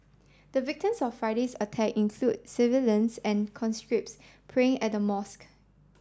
the victims of Friday's attack includes civilians and conscripts praying at the mosque